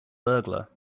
burglar